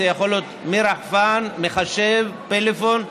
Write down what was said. זה יכול להיות רחפן, מחשב, פלאפון,